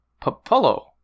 popolo